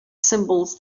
symbols